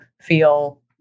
feel